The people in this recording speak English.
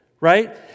right